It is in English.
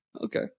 Okay